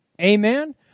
Amen